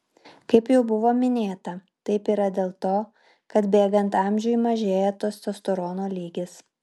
kaip jau buvo minėta taip yra dėl to kad bėgant amžiui mažėja testosterono lygis